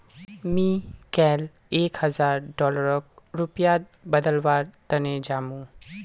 मी कैल एक हजार डॉलरक रुपयात बदलवार तने जामु